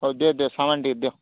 ହଉ ଦିଅ ଦିଅ ସାମାନ୍ ଟିକେ ଦିଅ